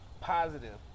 positive